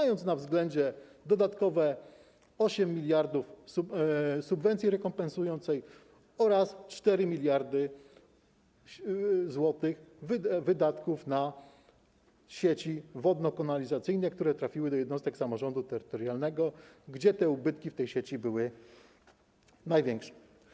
Trzeba mieć na względzie dodatkowe 8 mld subwencji rekompensującej oraz 4 mld zł wydatków na sieci wodno-kanalizacyjne, które trafiły do jednostek samorządu terytorialnego, gdzie ubytki w tej sieci były największe.